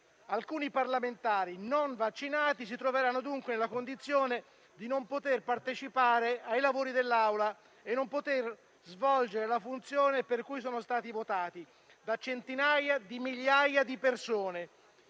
alcuni parlamentari, non vaccinati, si troveranno dunque nella condizione di non poter partecipare ai lavori dell'Aula e di non poter svolgere la funzione per cui sono stati votati da centinaia di migliaia di persone.